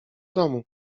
domu